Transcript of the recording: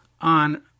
on